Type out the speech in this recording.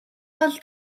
бол